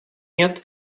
нет